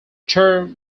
term